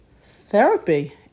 therapy